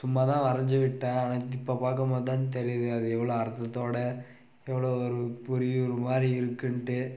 சும்மாதான் வரைஞ்சி விட்டேன் ஆனால் இப்போ பார்க்கும் போது தான் தெரியுது அது எவ்வளோ அர்த்தத்தோட எவ்வளோ ஒரு புரியுற மாதிரி இருக்குதுன்ட்டு